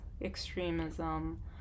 extremism